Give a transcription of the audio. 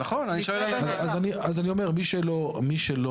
אז אני אומר, מי שיש לו